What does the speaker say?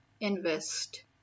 invest